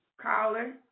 caller